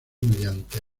mediante